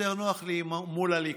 יותר נוח לי מול הליכוד,